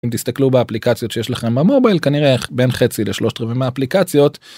אם תסתכלו באפליקציות שיש לכם במובייל, כנראה בין חצי לשלושת רבעי מהאפליקציות...